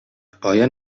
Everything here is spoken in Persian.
آیا